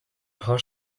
paar